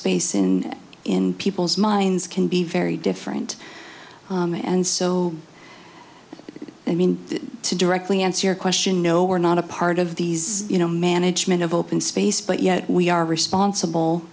space in in people's minds can be very different and so i mean to directly answer your question no we're not a part of these you know management of open space but yet we are responsible